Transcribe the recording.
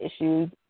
issues